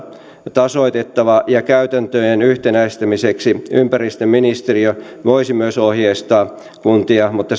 tasoitettava ja käytäntöjen yhtenäistämiseksi ympäristöministeriö voisi myös ohjeistaa kuntia mutta